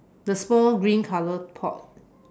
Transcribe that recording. the small green colour pot